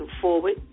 forward